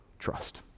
Trust